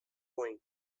boeing